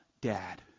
Dad